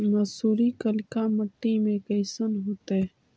मसुरी कलिका मट्टी में कईसन होतै?